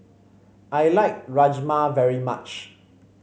I like Rajma very much